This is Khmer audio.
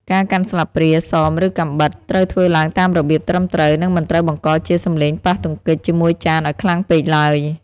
ការកាន់ស្លាបព្រា សម ឬកាំបិត ត្រូវធ្វើឡើងតាមរបៀបត្រឹមត្រូវ និងមិនត្រូវបង្កជាសំឡេងប៉ះទង្គិចជាមួយចានឱ្យខ្លាំងពេកឡើយ។